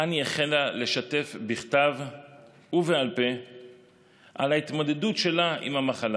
חני החלה לשתף בכתב ובעל פה על ההתמודדות שלה עם המחלה.